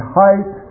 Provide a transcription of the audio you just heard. height